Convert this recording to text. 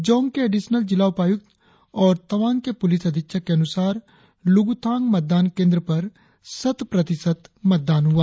जांग के एडिशनल जिला उपायुक्त और तवांग के पुलिस अधीक्षक के अनुसार लुगुथांग मतदान केंद्र पर शत प्रतिशत मतदान हुआ